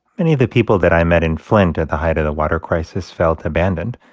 many of the people that i met in flint at the height of the water crisis felt abandoned.